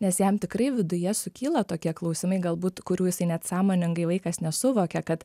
nes jam tikrai viduje sukyla tokie klausimai galbūt kurių jis net sąmoningai vaikas nesuvokia kad